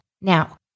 Now